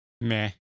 Meh